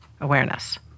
awareness